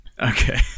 Okay